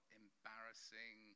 embarrassing